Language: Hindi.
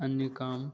अन्य काम